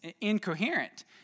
incoherent